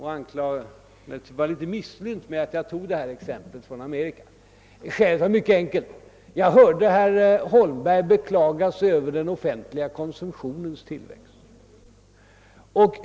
Han var missnöjd med att jag tog ett exempel från Amerika. Skälet var mycket enkelt. Jag hörde herr Holmberg beklaga sig över den offentliga konsumtionens tillväxt.